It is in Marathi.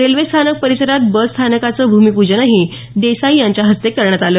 रेल्वे स्थानक परिसरात बस स्थानकाचं भूमिपूजनही देसाई यांच्याहस्ते करण्यात आलं